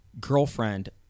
girlfriend